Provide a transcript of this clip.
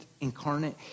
incarnate